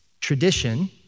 tradition